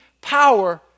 power